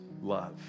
love